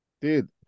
Dude